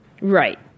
Right